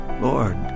Lord